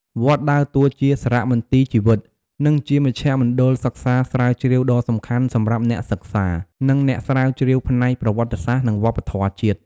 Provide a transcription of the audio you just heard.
វត្តដើរតួជាសារមន្ទីរជីវិត និងជាមជ្ឈមណ្ឌលសិក្សាស្រាវជ្រាវដ៏សំខាន់សម្រាប់អ្នកសិក្សា និងអ្នកស្រាវជ្រាវផ្នែកប្រវត្តិសាស្ត្រ និងវប្បធម៌ជាតិ។